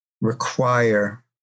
require